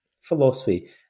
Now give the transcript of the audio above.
philosophy